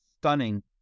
stunning